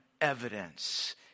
evidence